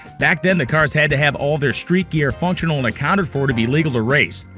back then, the cars had to have all their street gear functional and accounted for to be legal to race.